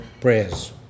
prayers